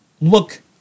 look